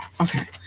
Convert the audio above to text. Okay